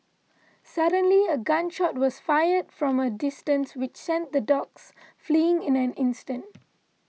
suddenly a gun shot was fired from a distance which sent the dogs fleeing in an instant